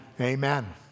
Amen